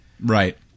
Right